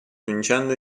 vincendo